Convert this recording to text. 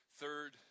third